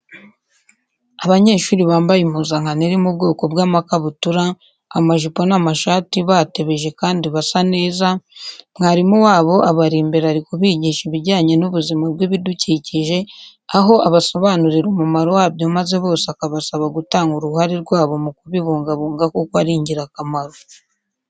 Abanyeshuri bambaye impuzankano iri mu bwoko bw'amakabutura, amajipo n'amashati batebeje kandi basa neza, mwarimu wabo abari imbere ari kubigisha ibijyanye n'ubuzima bw'ibidukikije, aho abasobanurira umumaro wabyo maze bose akabasaba gutanga uruhare rwabo mu kubibungabunga kuko ari ingirakamaro.